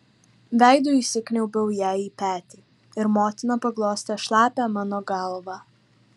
veidu įsikniaubiau jai į petį ir motina paglostė šlapią mano galvą